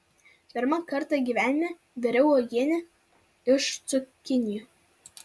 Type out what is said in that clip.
pirmą kartą gyvenime viriau uogienę iš cukinijų